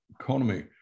economy